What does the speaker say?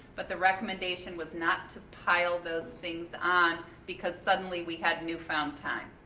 but the recommendation was not to pile those things on because suddenly we have new found time.